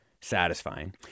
satisfying